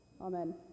Amen